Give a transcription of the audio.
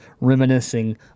reminiscing